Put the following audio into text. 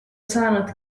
saanud